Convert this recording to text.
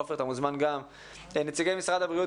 עופר אתה גם מוזמן נציגי משרד הבריאות